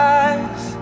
eyes